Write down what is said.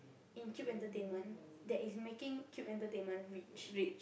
in Cube Entertainment that is making Cube Entertainment rich